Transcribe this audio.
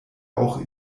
auch